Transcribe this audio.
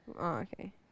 okay